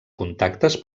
contactes